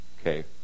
Okay